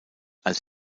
als